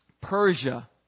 Persia